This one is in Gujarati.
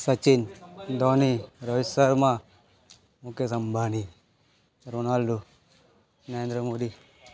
સચિન ધોની રોહિત શર્મા મુકેશ અંબાણી રોનાલ્ડો નરેન્દ્ર મોદી